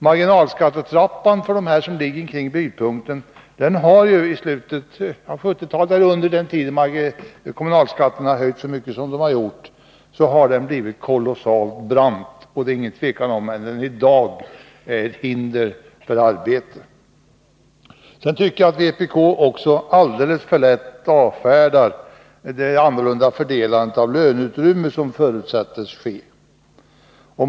Marginalskattetrappan för dem som ligger kring brytpunkten har, under den tid kommunalskatterna har höjts så här mycket, blivit kolossalt brant. Det råder inget tvivel om att den i dag är ett hinder för arbete. Jag tycker också att vpk alldeles för lätt avfärdar det annorlunda fördelandet av löneutrymmet som förutsätts ske.